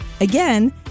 Again